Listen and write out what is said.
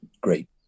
great